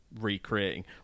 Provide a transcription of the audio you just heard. recreating